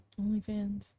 OnlyFans